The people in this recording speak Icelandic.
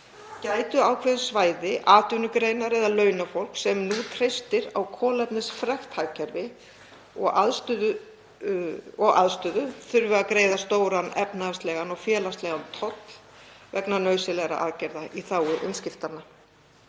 gætu ákveðin svæði, atvinnugreinar eða launafólk sem nú treystir á kolefnisfrekt hagkerfi og aðstöðu þurft að greiða stóran efnahagslegan og félagslegan toll vegna nauðsynlegra aðgerða í þágu umskiptanna.